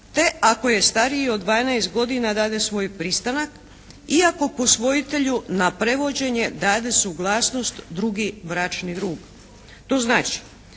te ako je stariji od 12 godina dade svoj pristanak, iako posvojitelju na prevođenje dade suglasnost drugi bračni drug.